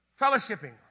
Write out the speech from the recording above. fellowshipping